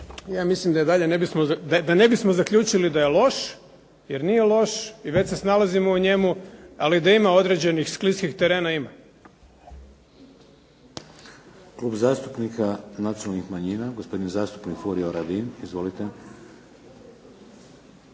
ne bismo, da ne bismo zaključili da je loš, jer nije loš i već se snalazimo u njemu, ali da ima određenih skliskih terena,